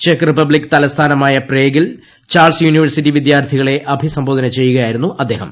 check Republic തലസ്ഥാനമായ പ്രേഗിൽ Charles University വിദ്യാർത്ഥികളെ അഭിസംബോധന ചെയ്യുകയായി രുന്നു അദ്ദേഹം